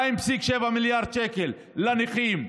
2.7 מיליארד שקל לנכים.